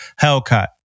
Hellcat